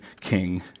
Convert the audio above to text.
king